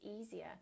easier